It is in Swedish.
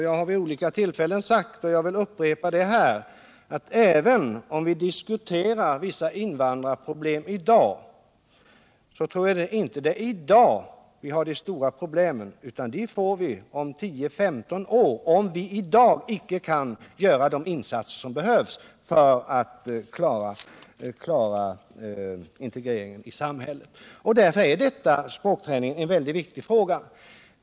Jag har vid olika tillfällen sagt och vill också upprepa det här, att även om vi i dag diskuterar vissa invandrarproblem, tror jag inte att de stora problemen är aktuella i dag. Dem får vi om 10-15 år, om vi i dag inte kan göra de insatser som behövs för att klara integreringen i samhället. Därför är språkträningen en viktig fråga.